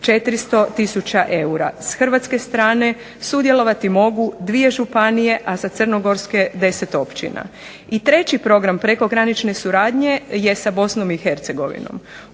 400 tisuća eura. S hrvatske strane sudjelovati mogu dvije županije, a sa crnogorske 10 općina. I treći program prekogranične suradnje je sa Bosnom i Hercegovinom.